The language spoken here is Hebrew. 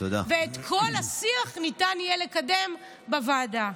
ואת כל השיח ניתן יהיה לקדם בוועדה.